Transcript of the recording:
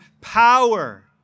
power